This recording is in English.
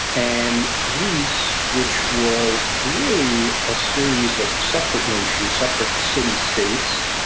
and greece, which was really a series of separate nations, separate city states,